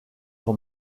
son